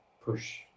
push